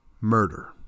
murder